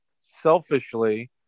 Selfishly